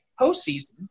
postseason